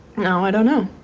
now i don't know